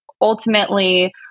ultimately